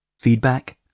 Feedback